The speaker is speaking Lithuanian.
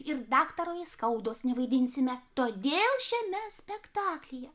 ir daktaro aiskaudos nevaidinsime todėl šiame spektaklyje